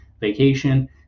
vacation